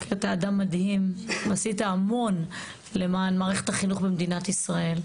כי אתה אדם מדהים ועשית המון למען מערכת החינוך במדינת ישראל.